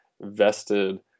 vested